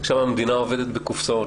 עכשיו המדינה עובדת בקופסאות,